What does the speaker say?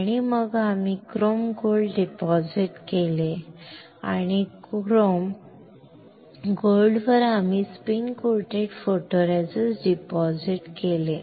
आणि मग आम्ही क्रोम गोल्ड डिपॉझिट केले आणि क्रोम सोन्यावर आम्ही स्पिन कोटेड फोटोरेसिस्ट डिपॉझिट केले